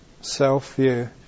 self-view